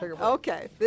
okay